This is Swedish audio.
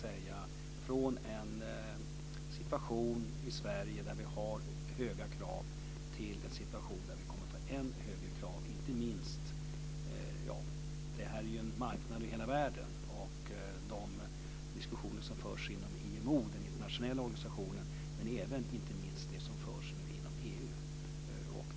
Vi går från en situation i Sverige där vi har höga krav till en situation där vi kommer att få än högre krav. Detta är ju en marknad över hela världen, och det förs diskussioner inom IMO, den internationella organisationen, och även nu inte minst inom EU.